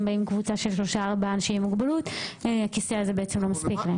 באים קבוצה של 4-3 אנשים עם מוגבלות הכיסא הזה בעצם לא מספיק להם.